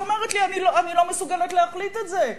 והיא אומרת לי: אני לא מסוגלת להחליט את זה,